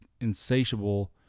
insatiable